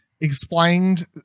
explained